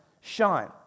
shine